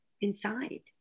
inside